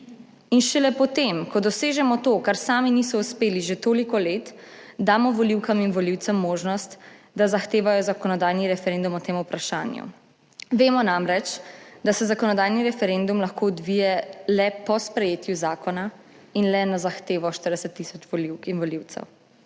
in šele po tem, ko dosežemo to, kar sami niso uspeli že toliko let, damo volivkam in volivcem možnost, da zahtevajo zakonodajni referendum o tem vprašanju; vemo namreč, da se zakonodajni referendum lahko odvija le po sprejetju zakona in le na zahtevo 40 tisoč volivk in volivcev.